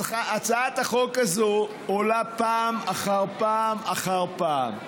הצעת החוק הזו עולה פעם אחר פעם אחר פעם.